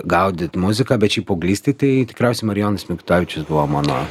gaudyt muziką bet šiaip paauglystėj tai tikriausiai marijonas mikutavičius buvo mano